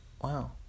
Wow